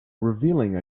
revealing